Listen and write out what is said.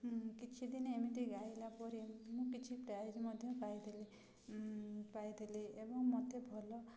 କିଛି ଦିନ ଏମିତି ଗାଇଲା ପରେ ମୁଁ କିଛି ପ୍ରାଇଜ୍ ମଧ୍ୟ ପାଇଥିଲି ପାଇଥିଲି ଏବଂ ମୋତେ ଭଲ